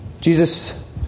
Jesus